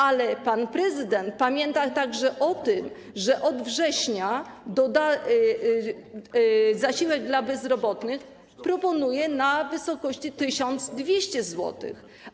Ale pan prezydent pamięta także o tym, że od września zasiłek dla bezrobotnych proponuje w wysokości 1200 zł.